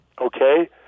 Okay